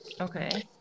okay